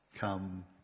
come